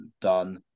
done